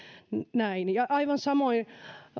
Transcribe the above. näin aivan samoin